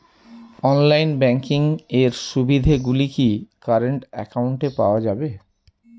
Online banking এর সুবিধে গুলি কি কারেন্ট অ্যাকাউন্টে পাওয়া যাবে?